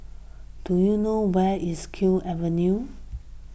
do you know where is Kew Avenue